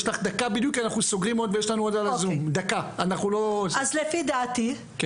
יש רצון טוב, אני